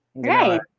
Great